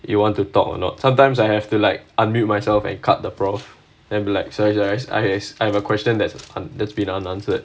you want to talk or not sometimes I have to like unmute myself and cut the professor then black such as I as I have a question that's that's been unanswered